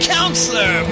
Counselor